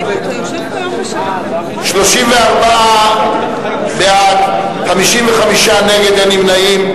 32 בעד, 54 נגד, אין נמנעים.